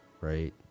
right